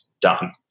done